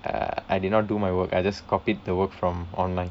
uh I did not do my work I just copied the work from online